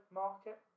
market